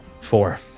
four